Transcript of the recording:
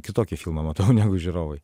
kitokį filmą matau negu žiūrovai